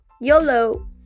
YOLO